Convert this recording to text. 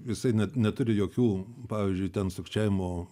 visai neturi jokių pavyzdžiui ten sukčiavimo